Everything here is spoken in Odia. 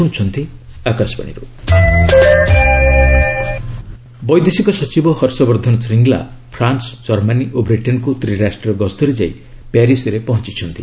ଶ୍ରୀଙ୍ଗଲା ଭିଜିଟ୍ ବୈଦେଶିକ ସଚିବ ହର୍ଷବର୍ଦ୍ଧନ ଶ୍ରୀଙ୍ଗଲା ଫ୍ରାନ୍ସ ଜର୍ମାନୀ ଓ ବ୍ରିଟେନ୍କୁ ତ୍ରିରାଷ୍ଟ୍ରୀୟ ଗସ୍ତରେ ଯାଇ ପ୍ୟାରିସ୍ରେ ପହଞ୍ଚିଛନ୍ତି